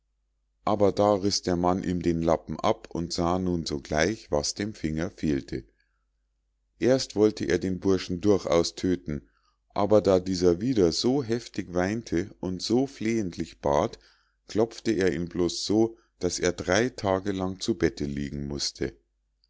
aber da riß der mann ihm den lappen ab und sah nun sogleich was dem finger fehlte erst wollte er den burschen durchaus tödten aber da dieser wieder so heftig weinte und so flehentlich bat klopfte er ihn bloß so daß er drei tage lang zu bette liegen mußte